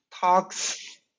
talks